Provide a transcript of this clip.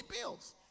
bills